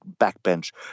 Backbench